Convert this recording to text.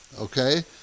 Okay